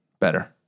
better